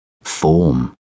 Form